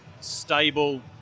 stable